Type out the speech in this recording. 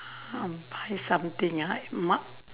um buy something ah